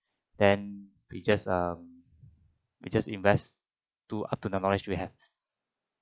then we just we just um we just invest to up to the knowledge we have